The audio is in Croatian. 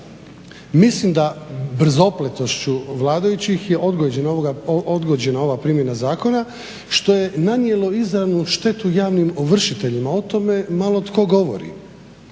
Mislim da brzopletošću vladajućih je odgođena ova primjena zakona što je nanijelo izravnu štetu javnim ovršiteljima. O tome malo tko govori.